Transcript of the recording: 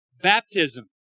baptism